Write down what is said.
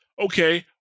Okay